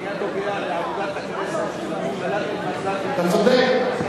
העניין נוגע לעבודת הכנסת, אתה צודק.